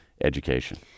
education